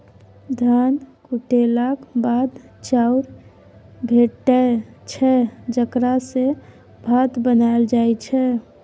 धान कुटेलाक बाद चाउर भेटै छै जकरा सँ भात बनाएल जाइ छै